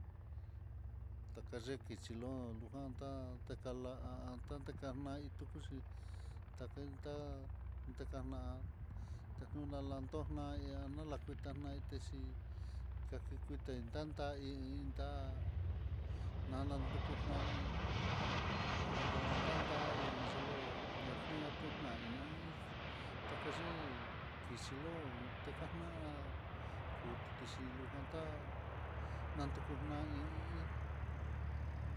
Takalexhi xhilon lujan ta'á, tekalan atatekamai tukuxhi, ta kentá ndekaná tekulan lanto naí, ya lonakuita naí xhi kakekuitai ndandai hí idá'a, nananduku nai'i kutan ndandai yelóakuña kuiná hí takayii kixlón, tekana'á kututi xhi luján, tá'a nandukuna ñañe i iin.